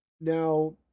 Now